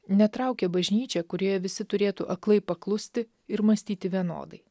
netraukia bažnyčia kurioje visi turėtų aklai paklusti ir mąstyti vienodai